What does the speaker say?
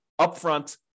upfront